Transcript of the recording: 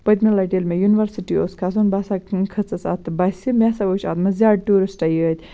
پٔتمہِ لَٹہِ ییٚلہِ مےٚ یوٗنیورسِٹی اوس کھَسُن بہٕ ہَسا کھٔژٕس اَتھ بَسہِ مےٚ ہَسا وٕچھ اَتھ منٛز زیادٕ ٹوٗرِسٹَے یٲتۍ